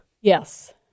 Yes